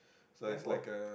handphone